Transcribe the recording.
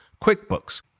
QuickBooks